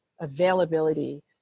availability